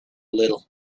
little